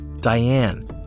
diane